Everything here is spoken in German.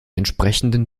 entsprechenden